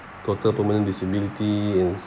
total permanent disability and